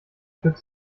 stück